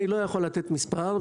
אני לא יכול לתת מספר.